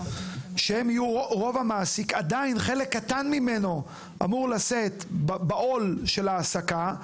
שהם יהיו רוב המעסיק עדיין חלק קטן ממנו אמור לשאת בעול ההעסקה,